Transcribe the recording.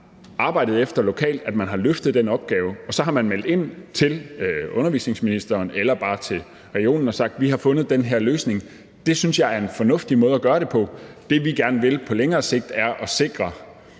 arbejdet efter lokalt. Man har løftet den opgave, og så har man meldt ind til undervisningsministeren eller bare til regionen og sagt: Vi har fundet den her løsning. Det synes jeg, er en fornuftig måde at gøre det på. Det, vi gerne vil på længere sigt, er at sikre,